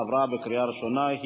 עברה בקריאה ראשונה.